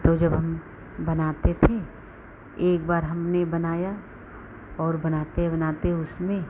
तो जब हम बनाते थे एक बार हमने बनाया और बनाते बनाते उसमें